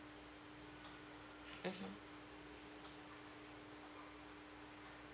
mmhmm